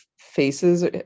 faces